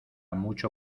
mucho